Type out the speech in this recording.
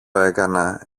έκανα